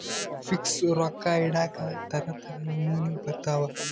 fix ರೊಕ್ಕ ಇಡಾಕ ತರ ತರ ನಮೂನಿ ಬರತವ